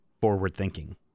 forward-thinking